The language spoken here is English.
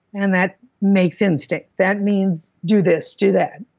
and that makes instinct. that means do this, do that,